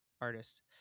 artist